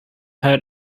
hurt